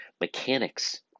mechanics